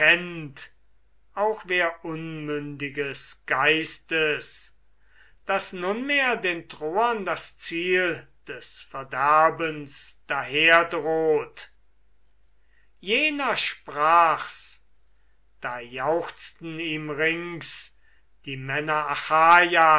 auch wer unmündiges geistes daß nunmehr den troern das ziel des verderbens daherdroht jener sprach's da jauchzten ihm rings die